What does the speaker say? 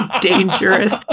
dangerous